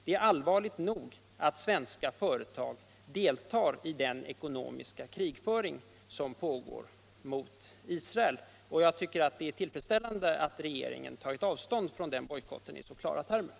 Det är allvarligt nog att svenska företag deltar i den ckonomiska krigföring som pågår mot Israel. Jag tycker därför det är tillfredsställande att regeringen har tagit avstånd från den bojkotten i så klara termer.